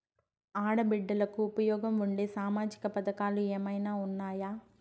ఆడ బిడ్డలకు ఉపయోగం ఉండే సామాజిక పథకాలు ఏమైనా ఉన్నాయా?